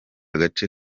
agace